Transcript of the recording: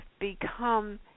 become